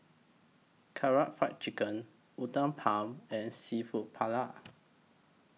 Karaage Fried Chicken Uthapam and Seafood Paella